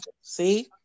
See